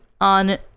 on